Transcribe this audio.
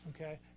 okay